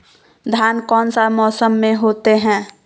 धान कौन सा मौसम में होते है?